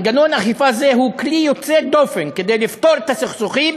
מנגנון אכיפה זה הוא כלי יוצא דופן כדי לפתור את הסכסוכים